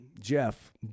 Jeff